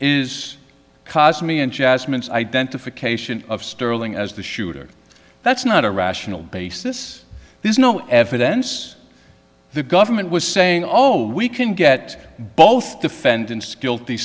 is cause me and jasmine's identification of sterling as the shooter that's not a rational basis there's no evidence the government was saying oh we can get both defendants guilty